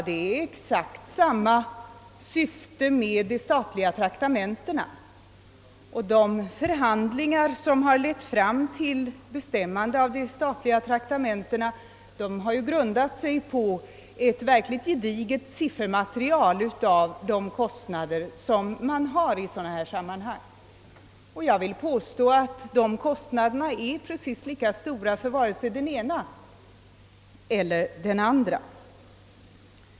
Det är exakt samma syfte med de statliga traktamentena, och de förhandlingar som ligger bakom dessa har grundat sig på ett verkligt gediget siffermaterial med avseende på de kostnader som uppstår i sådana här sammanhang. Jag anser att dessa kostnader är precis lika stora för såväl den ena som den andra.